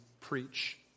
preach